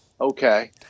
okay